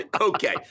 Okay